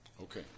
Okay